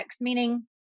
meaning